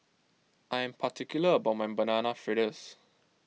I am particular about my Banana Fritters